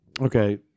okay